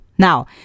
Now